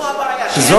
זו הבעיה, שאין ראיות.